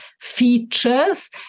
features